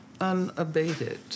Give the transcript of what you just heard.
unabated